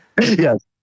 Yes